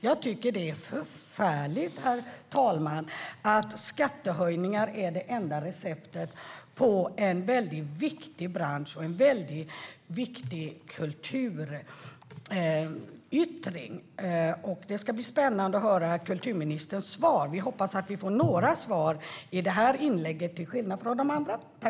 Jag tycker att det är förfärligt, herr talman, att skattehöjningar är det enda receptet för en väldigt viktig bransch och en väldigt viktig kulturyttring. Det ska bli spännande att höra kulturministerns svar. Vi hoppas att vi får några svar i det här inlägget till skillnad från i de andra.